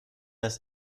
ist